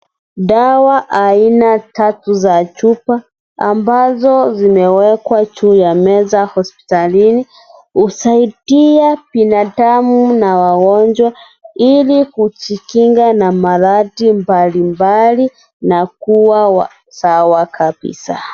Dawa Aina tatu za chupa ambazo zimewekwa juu ya meza hospitalini. Husaidia binadamu na wagonjwa Ili kujikinga na maradhi mbalimbali na kuwa sawa kabisa.